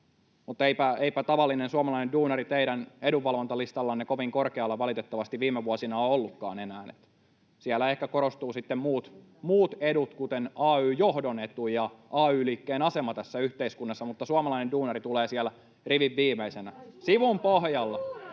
Mutta eipä tavallinen suomalainen duunari teidän edunvalvontalistallanne kovin korkealla valitettavasti viime vuosina ole ollutkaan enää. Siellä ehkä korostuvat sitten muut edut, kuten ay-johdon etu ja ay-liikkeen asema tässä yhteiskunnassa, mutta suomalainen duunari tulee siellä rivin viimeisenä, sivun pohjalla